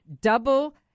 double-